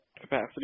capacity